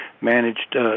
managed